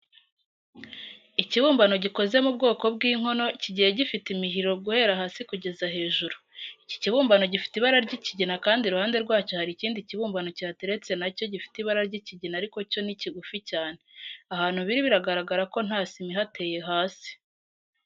Ikibumbano gikoze mu bwoko bw'inkono kigiye gifite imihiro guhera hasi kugeza hejuru. Iki kibumbano gifite ibara ry'ikigina kandi iruhande rwacyo hari ikindi kibumbano kihateretse na cyo gifite ibara ry'ikigina ariko cyo ni kigufi cyane. Ahantu biri biragaragara ko nta sima ihateye hasi.